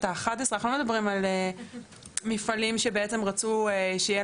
האחת-עשרה אנחנו לא מדברים על מפעלים שרצו שיהיה